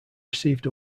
received